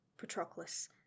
Patroclus